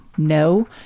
No